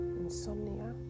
insomnia